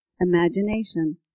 Imagination